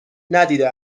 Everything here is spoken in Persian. ندیده